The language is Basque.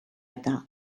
eta